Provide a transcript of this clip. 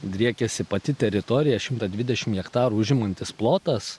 driekiasi pati teritorija šimtą dvidešim hektarų užimantis plotas